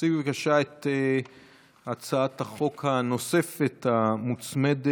תציג בבקשה את הצעת החוק הנוספת המוצמדת